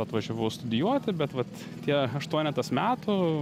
atvažiavau studijuoti bet vat tie aštuonetas metų